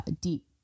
deep